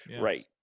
right